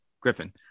Griffin